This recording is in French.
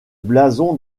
blason